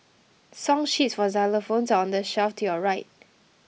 song sheets for xylophones are on the shelf to your right